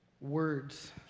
words